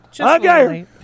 Okay